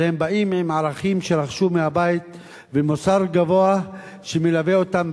אבל הם באים עם ערכים שרכשו בבית ומוסר גבוה שמלווה אותם,